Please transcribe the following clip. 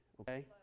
okay